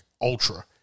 ultra